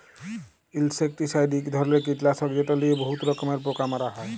insecticide ইক ধরলের কিটলাসক যেট লিয়ে বহুত রকমের পোকা মারা হ্যয়